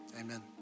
amen